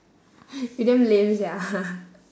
you damn lame sia